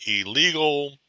illegal